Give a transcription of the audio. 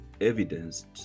evidenced